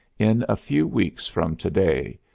in a few weeks from to-day,